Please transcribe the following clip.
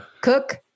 cook